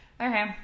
okay